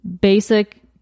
basic